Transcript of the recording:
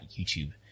YouTube